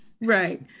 right